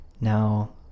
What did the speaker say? Now